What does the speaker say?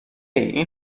این